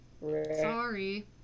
Sorry